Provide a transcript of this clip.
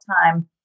time